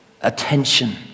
attention